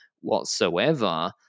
whatsoever